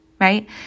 right